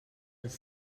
els